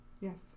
Yes